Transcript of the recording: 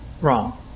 wrong